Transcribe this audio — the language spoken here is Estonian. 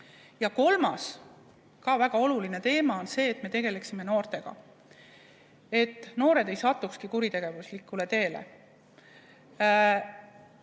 Ja kolmas, ka väga oluline teema on see, et me tegeleksime noortega, et noored ei satuks kuritegevuslikule teele.